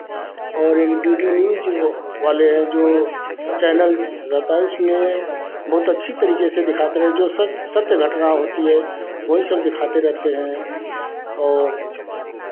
और एक D D News वाले हैं जो चैनल रहता उसमें बहुत अच्छी तरीके से दिखाते हैं जो सच सत्य घटना होती है वही सब दिखाते रहते हैं और